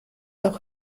auch